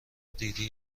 دیدی